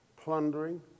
plundering